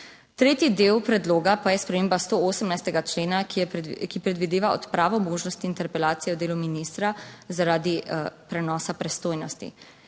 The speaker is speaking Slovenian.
Tretji del predloga pa je sprememba 118. člena, ki predvideva odpravo možnosti interpelacije o delu ministra zaradi prenosa pristojnosti.